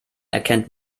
erkennt